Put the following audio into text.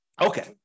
Okay